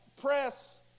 Press